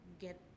get